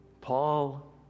Paul